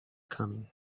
coming